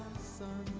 some